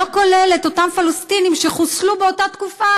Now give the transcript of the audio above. לא כולל את אותם פלסטינים שחוסלו באותה תקופה